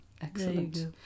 excellent